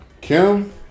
Kim